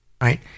Right